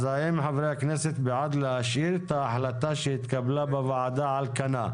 אז האם חברי הכנסת בעד להשאיר את ההחלטה שהתקבלה בוועדה על כנה?